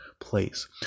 place